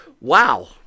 wow